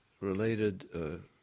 related